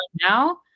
now